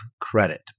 credit